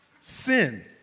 Sin